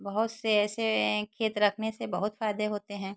बहुत से ऐसें खेत रखने से बहुत फ़ायदे होते हैं